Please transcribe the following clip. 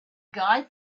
guy